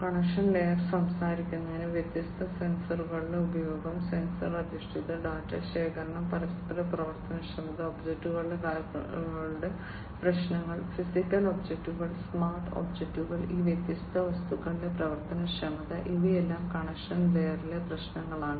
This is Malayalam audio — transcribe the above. കണക്ഷൻ ലെയർ സംസാരിക്കുന്നത് വ്യത്യസ്ത സെൻസറുകളുടെ ഉപയോഗം സെൻസർ അധിഷ്ഠിത ഡാറ്റ ശേഖരണം പരസ്പര പ്രവർത്തനക്ഷമത ഒബ്ജക്റ്റുകളുടെ പ്രശ്നങ്ങൾ ഫിസിക്കൽ ഒബ്ജക്റ്റുകൾ സ്മാർട്ട് ഒബ്ജക്റ്റുകൾ ഈ വ്യത്യസ്ത വസ്തുക്കളുടെ പ്രവർത്തനക്ഷമത ഇവയെല്ലാം കണക്ഷൻ ലെയറിലെ പ്രശ്നങ്ങളാണ്